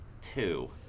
Two